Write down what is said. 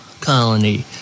colony